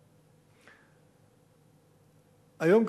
היום,